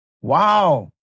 Wow